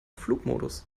flugmodus